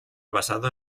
basado